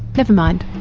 never mind.